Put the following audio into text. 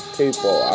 people